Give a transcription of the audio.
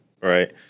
right